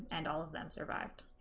and all of them survived